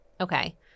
Okay